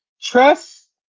Trust